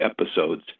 episodes